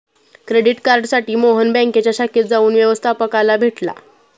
credit कार्डसाठी मोहन बँकेच्या शाखेत जाऊन व्यवस्थपकाला भेटला